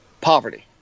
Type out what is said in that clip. Poverty